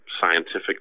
scientific